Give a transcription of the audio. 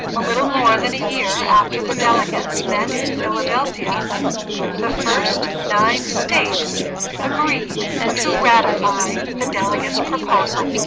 a little more than a year after the delegates met in philadelphia the first nine states agreed to ratify the delegates proposal